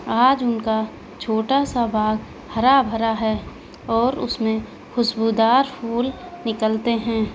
آج ان کا چھوٹا سا باغ ہرا بھرا ہے اور اس میں خوشبودار پھول نکلتے ہیں